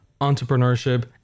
entrepreneurship